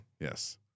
Yes